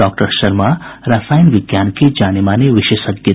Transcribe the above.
doctor Sharma रसायन विज्ञान के जाने माने विशेषज्ञ थे